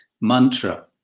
mantra